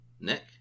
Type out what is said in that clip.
Nick